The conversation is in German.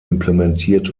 implementiert